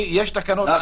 יש תקנות עד ה-6 לאוגוסט.